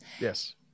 Yes